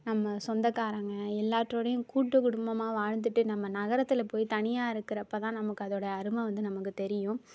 நம்ம சொந்தக்காரங்க எல்லாறோடோடையும் கூட்டுக்குடும்பமாக வாழ்ந்துகிட்டு நம்ம நகரத்தில் போய் தனியாக இருக்கிறப்ப தான் நமக்கு அதோட அருமை வந்து நமக்கு தெரியும்